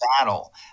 battle